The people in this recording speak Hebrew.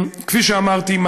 כפי שאמרתי,